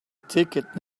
ticket